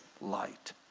light